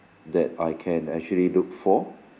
that I can actually look for